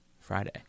Friday